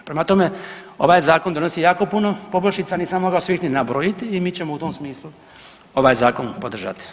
Prema tome, ovaj zakon donosi jako puno poboljšica, nisam mogao svih ni nabrojiti i mi ćemo u tom smislu ovaj zakon podržat.